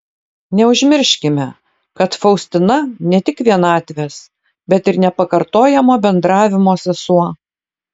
neužmirškime kad faustina ne tik vienatvės bet ir nepakartojamo bendravimo sesuo